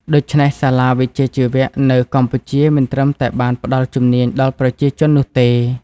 ដូច្នេះ សាលាវិជ្ជាជីវៈនៅកម្ពុជាមិនត្រឹមតែបានផ្តល់ជំនាញដល់ប្រជាជននោះទេ។